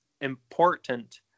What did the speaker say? important